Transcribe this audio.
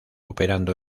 operando